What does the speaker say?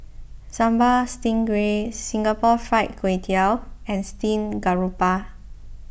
Sambal Stingray Singapore Fried Kway Tiao and Steamed Garoupa